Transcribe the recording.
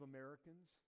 Americans